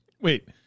Wait